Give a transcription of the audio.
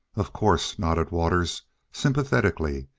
of course, nodded waters sympathetically,